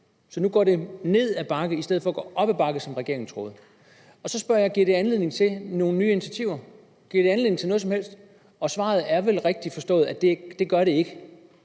Så nu går det ned ad bakke i stedet for at gå op ad bakke, som regeringen troede, og så spørger jeg: Giver det anledning til nogle nye initiativer? Giver det anledning til noget som helst? Og svaret er vel rigtigt forstået, at det gør det ikke.